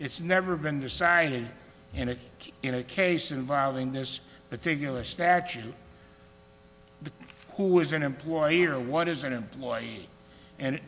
it's never been decided in a in a case involving this particular statute the who is an employee or what is an employee and